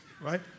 right